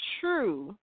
true